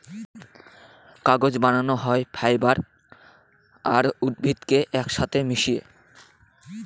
কাগজ বানানো হয় ফাইবার আর উদ্ভিদকে এক সাথে মিশিয়ে